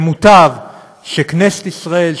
שמוטב שכנסת ישראל,